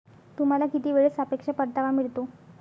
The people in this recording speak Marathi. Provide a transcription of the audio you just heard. तुम्हाला किती वेळेत सापेक्ष परतावा मिळतो?